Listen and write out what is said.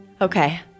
okay